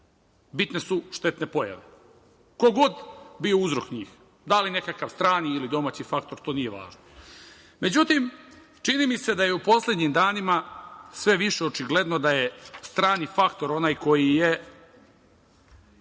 Bitne su štetne pojave. Ko god bio uzrok njih, da li nekakav strani ili domaći faktor, to nije važno.Međutim, čini mi se da je u poslednjim danima, sve više očigledno da je strani faktor onaj koji je